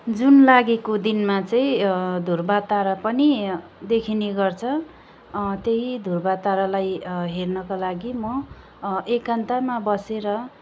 जुन लागेको दिनमा चाहिँ ध्रुव तारा पनि देखिने गर्छ त्यही ध्रुव तारालाई हेर्नको लागि म एकान्तमा बसेर